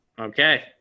Okay